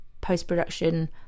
post-production